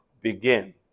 begin